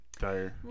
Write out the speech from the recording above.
tire